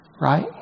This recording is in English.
Right